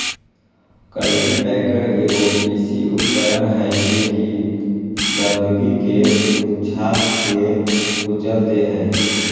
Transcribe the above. cultipacker एगो कृषि उपकरण हइ जे कि गंदगी के गुच्छा के कुचल दे हइ